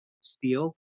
Steel